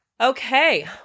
Okay